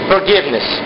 forgiveness